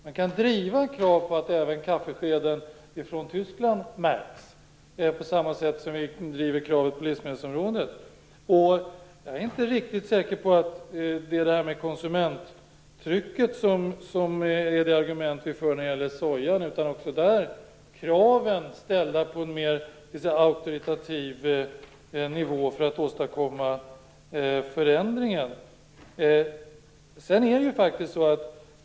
Man kan driva krav på att även kaffeskeden från Tyskland märks, på samma sätt som vi driver krav på livsmedelsområdet. Jag är inte riktigt säker på konsumenttrycket, som är det argument vi för när det gäller soja. Också där behövs det krav ställda på en mer auktoritativ nivå för att åstadkomma förändringar.